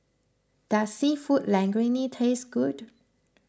does Seafood Linguine taste good